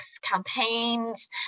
campaigns